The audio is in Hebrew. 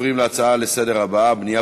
נעבור להצעות לסדר-היום בנושא: בנייה